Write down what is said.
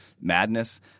madness –